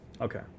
Okay